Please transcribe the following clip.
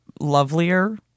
lovelier